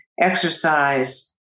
Exercise